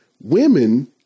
Women